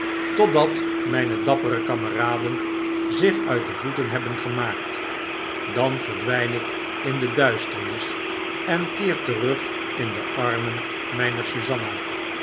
totdat myn dappere kameraden zich uit de voeten hebben gemaakt dan verdwyn ik in de duisternis en keer terug in de armen mijner